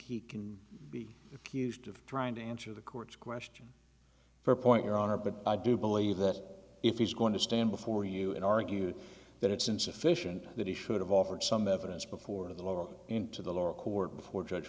he can be accused of trying to answer the court's question for point your honor but i do believe that if he's going to stand before you and argue that it's insufficient that he should have offered some evidence before the local into the lower court before judge